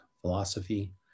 philosophy